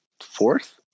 fourth